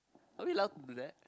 are we allowed to do that